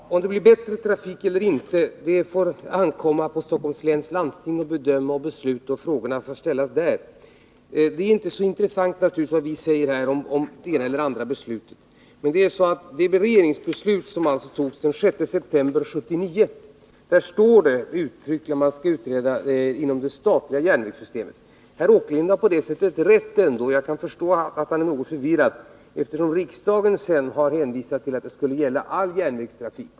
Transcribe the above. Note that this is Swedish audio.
Herr talman! Om det blir bättre trafik eller inte får det ankomma på Stockholms läns landsting att bedöma. Frågorna får ställas där och besluten likaså tas där. Det är inte så intressant vad vi säger om det ena eller andra beslutet. I det regeringsbeslut som fattades den 6 september 1979 står det uttryckligen att man skulle utreda det statliga järnvägssystemet. Herr Åkerlind har på ett sätt ändå rätt — och jag kan förstå att han är något förvirrad — eftersom riksdagen sedan har hänvisat till att det beslutet skulle gälla all järnvägstrafik.